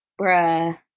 bruh